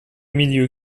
milieu